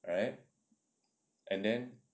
right and then